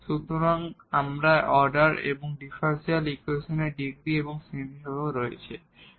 সুতরাং আমরা অর্ডার এবং ডিফারেনশিয়াল ইকুয়েশনের ডিগ্রী এবং কিছু শ্রেণীবিভাগও করেছি